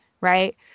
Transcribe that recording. Right